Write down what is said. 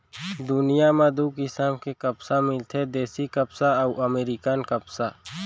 दुनियां म दू किसम के कपसा मिलथे देसी कपसा अउ अमेरिकन कपसा